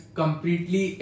completely